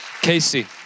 Casey